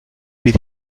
bydd